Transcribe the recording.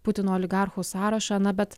putino oligarchų sąrašą na bet